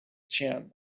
chin